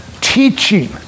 teaching